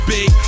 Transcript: Big